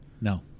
No